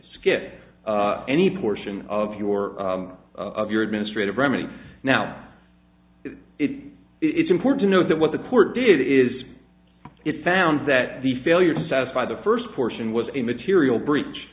skip any portion of your of your administrative remedy now it's important that what the court did is it found that the failure to satisfy the first portion was a material breach